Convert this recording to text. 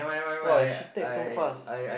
!wah! she text so fast